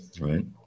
right